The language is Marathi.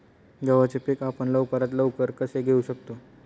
गव्हाचे पीक आपण लवकरात लवकर कसे घेऊ शकतो?